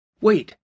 Wait